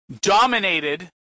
dominated